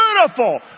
Beautiful